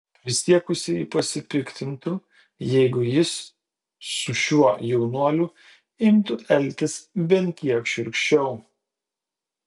prisiekusieji pasipiktintų jeigu jis su šiuo jaunuoliu imtų elgtis bent kiek šiurkščiau